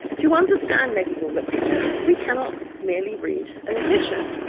to understand medieval literature, we cannot merely read an edition.